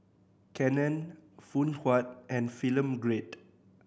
Canon Phoon Huat and Film Grade